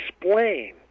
explain